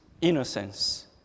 innocence